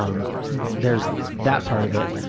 um there's that part of it.